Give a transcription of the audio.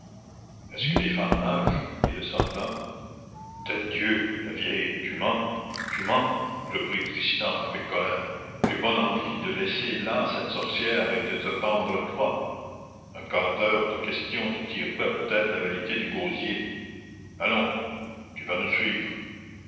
est-ce que les femmes nagent dit le soldat tête dieu la vieille tu mens tu mens reprit tristan avec colère j'ai bonne envie de laisser là cette sorcière et de te pendre toi un quart d'heure de question te tirera peut-être la vérité du gosier allons tu vas nous suivre